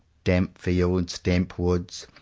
damp fields, damp woods,